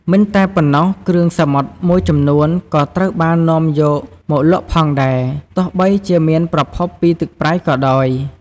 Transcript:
មិនតែប៉ុណ្ណោះ គ្រឿងសមុទ្រមួយចំនួនក៏ត្រូវបាននាំយកមកលក់ផងដែរ ទោះបីជាមានប្រភពពីទឹកប្រៃក៏ដោយ។